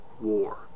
War